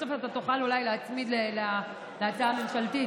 בסוף אתה תוכל אולי להצמיד להצעה הממשלתית.